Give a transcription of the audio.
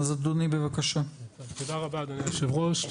תודה רבה אדוני היושב ראש.